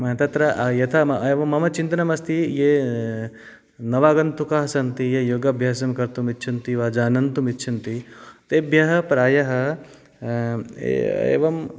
तत्र यथा एव् मम चिन्तनम् अस्ति ये नवागन्तुकाः सन्ति ये योगाभ्यासं कर्तुमिच्छन्ति वा जानन्तुम् इच्छन्ति तेभ्यः प्रायः एवं